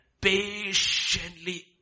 patiently